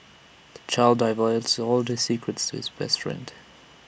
the child divulged all his secrets to his best friend